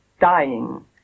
Dying